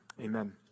amen